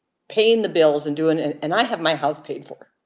paying the bills and doing and i have my house paid for.